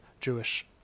Jewish